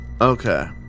Okay